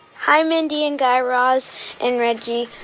hi, mindy and guy raz and reggie.